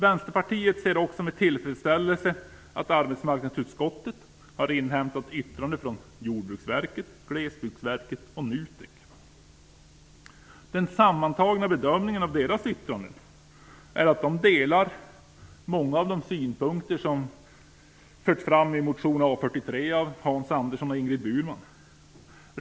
Vänsterpartiet ser också med tillfredsställelse att arbetsmarknadsutskottet har inhämtat yttranden från Jordbruksverket, Glesbygdsverket och NUTEK. Den sammantagna bedömningen av deras yttranden är att de delar många av de synpunkter som förts fram i motion A43 av Hans Andersson och Ingrid Burman.